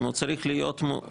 אם הוא צריך להיות מאוזן,